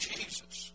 Jesus